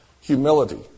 humility